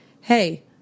hey